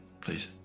please